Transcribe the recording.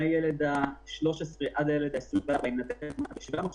מהילד ה-13 עד הילד ה-24 יינתן מענק של 700 ילדים,